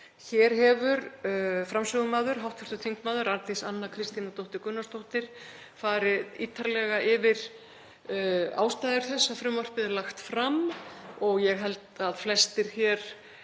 Hér hefur framsögumaður, hv. þm. Arndís Anna Kristínardóttir Gunnarsdóttir, farið ítarlega yfir ástæður þess að frumvarpið er lagt fram og ég held að flestir hér